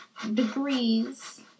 Degrees